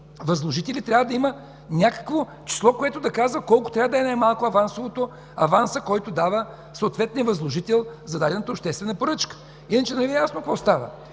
възложители, трябва да има някакво число, което да казва колко трябва да е най-малко авансът, който дава съответният възложител за дадената обществена поръчка. Иначе нали Ви е ясно какво става?